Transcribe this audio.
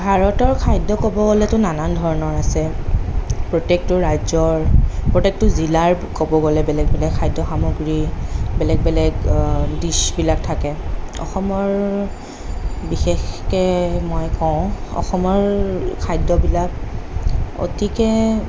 ভাৰতৰ খাদ্য় ক'ব গ'লেটো নানান ধৰণৰ আছে প্ৰত্যেকটো ৰাজ্য়ৰ প্ৰত্য়েকটো জিলাৰ ক'ব গ'লে বেলেগ বেলেগ খাদ্য় সামগ্ৰী বেলেগ বেলেগ ডিছ্বিলাক থাকে অসমৰ বিশেষকৈ মই কওঁ অসমৰ খাদ্য়বিলাক অতিকে